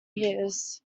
years